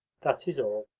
that is all.